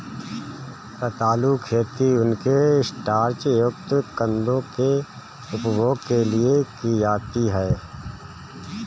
रतालू खेती उनके स्टार्च युक्त कंदों के उपभोग के लिए की जाती है